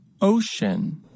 Ocean